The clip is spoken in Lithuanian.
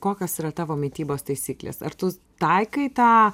kokios yra tavo mitybos taisyklės ar tu taikai tą